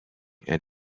and